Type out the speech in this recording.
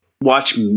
watch